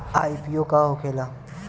IPO का होखेला?